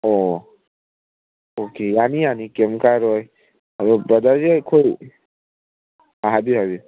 ꯑꯣ ꯑꯣꯀꯦ ꯌꯥꯅꯤ ꯌꯥꯅꯤ ꯀꯩꯝ ꯀꯥꯏꯔꯣꯏ ꯑꯗꯣ ꯕ꯭ꯔꯗꯔꯁꯦ ꯑꯩꯈꯣꯏ ꯑꯥ ꯍꯥꯏꯕꯤꯌꯨ ꯍꯥꯏꯕꯤꯌꯨ